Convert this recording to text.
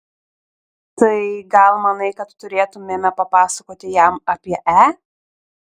tai gal manai kad turėtumėme papasakoti jam apie e